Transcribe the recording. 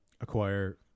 Acquire